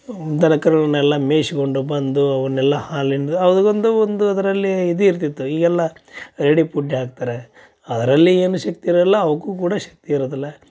ದನ ಕರುಗಳ್ನೆಲ್ಲ ಮೇಯಿಸ್ಕೊಂಡು ಬಂದು ಅವನ್ನೆಲ್ಲ ಹಾಲಿಂದ ಅದಗೊಂದು ಒಂದು ಅದರಲ್ಲಿ ಇದು ಇರ್ತಿತ್ತು ಈಗೆಲ್ಲ ರೆಡಿ ಫುಡ್ಡೆ ಹಾಕ್ತಾರೆ ಅದರಲ್ಲಿ ಏನು ಶಕ್ತಿ ಇರಲ್ಲ ಅವುಕ್ಕೂ ಕೂಡ ಶಕ್ತಿ ಇರೊದಿಲ್ಲ